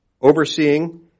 overseeing